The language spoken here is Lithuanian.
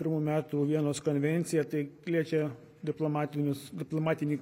pirmų metų vienos konvenciją tai liečia diplomatinius diplomatinį